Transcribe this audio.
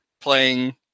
playing